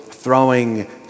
throwing